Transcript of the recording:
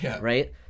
Right